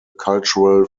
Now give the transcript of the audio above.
cultural